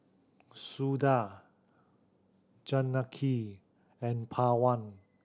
Suda Janaki and Pawan